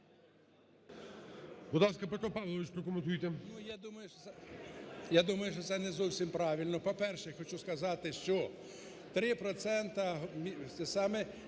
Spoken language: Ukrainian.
Я думаю, що це не зовсім правильно. По-перше, хочу сказати, що 3